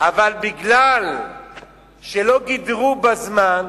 אבל מכיוון שלא גידרו בזמן,